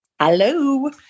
Hello